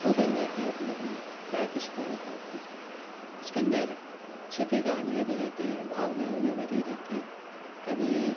वो बन जाती है अपने लिए लाइफ़ स्टोरी टाइप की उसके अंदर छिपी कहानियाँ भी रहती हैं भावना भी भरी रहती है कभी